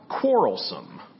quarrelsome